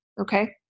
Okay